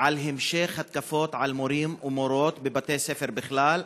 על המשך התקפות על מורים ומורות בבתי-ספר בכלל,